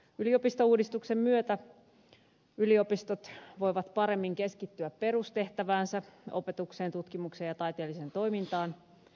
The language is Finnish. yliopistouudistuksen myötä yliopistot voivat paremmin keskittyä perustehtäväänsä opetukseen tutkimukseen ja taiteelliseen toimintaan